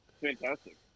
Fantastic